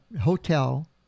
hotel